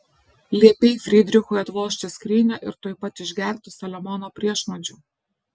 liepei frydrichui atvožti skrynią ir tuoj pat išgerti saliamono priešnuodžių